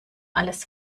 alles